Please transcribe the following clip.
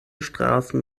straßen